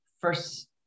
first